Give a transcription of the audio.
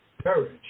courage